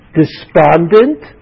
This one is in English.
despondent